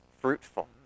fruitful